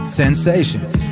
sensations